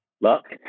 Luck